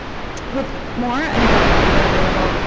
with more and better data available,